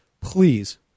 please